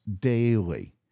daily